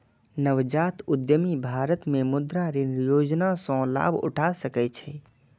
नवजात उद्यमी भारत मे मुद्रा ऋण योजना सं लाभ उठा सकै छै